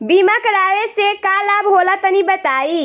बीमा करावे से का लाभ होला तनि बताई?